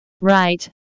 right